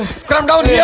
come don't yeah